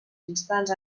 instants